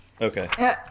Okay